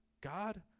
God